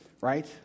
Right